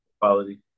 Quality